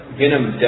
venom